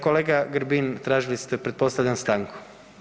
Kolega Grbin, tražili ste pretpostavljam stanku?